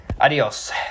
adios